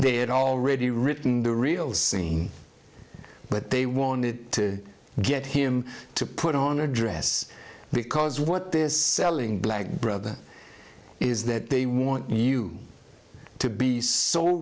they had already written the real scene but they wanted to get him to put on a dress because what this black brother is that they want you to be so